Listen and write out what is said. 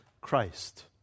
Christ